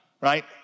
right